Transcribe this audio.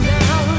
now